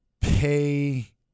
pay